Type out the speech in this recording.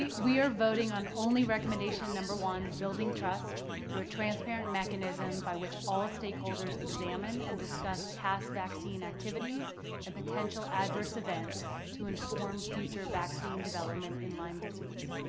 we are voting on only recommendation number one, building trust through a transparent mechanism by which all stakeholders examine and discuss past vaccine activities and potential adverse events to inform future vaccine development in lyme disease.